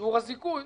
בשיעור הזיכוי,